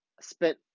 spent